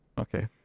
okay